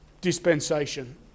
dispensation